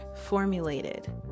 formulated